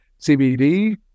CBD